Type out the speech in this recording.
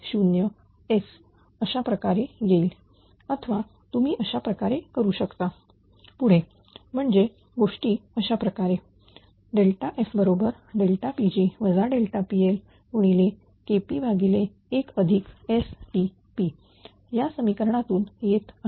अथवा तुम्ही अशा प्रकारे करू शकता पुढे म्हणजे गोष्टी कशाप्रकारे fPg PLKP1STP या समीकरणातून येत आहेत